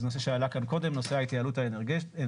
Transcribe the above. זה נושא שעלה כאן קודם, נושא ההתייעלות האנרגטית.